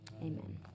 amen